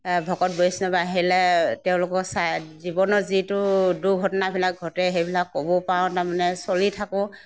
ভকত বৈষ্ণৱ আহিলে তেওঁলোকো চাই জীৱনৰ যিটো দুৰ্ঘটনাবিলাক ঘটে সেইবিলাক ক'বও পাৰোঁ তাৰমানে চলি থাকোঁ